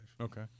Okay